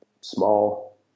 small